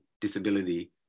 disability